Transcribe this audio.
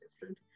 different